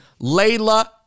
Layla